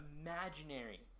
imaginary